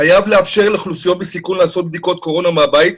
חייב לאפשר לאוכלוסיות בסיכון לעשות בדיקות קורונה מהבית,